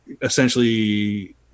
essentially